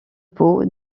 peau